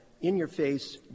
in-your-face